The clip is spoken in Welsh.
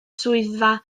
swyddfa